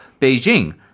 Beijing